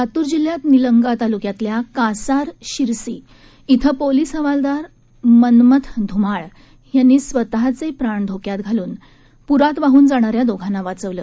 लातूर जिल्ह्यात निलंगा तालुक्यातल्या कासार शिरसी ॐ पोलिस हवालदार मन्मथ धुमाळ यांनी स्वतःचे प्राण धोक्यात घालून पुरात वाहून जाणार्या दोघांना वाचवलं